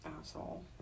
Asshole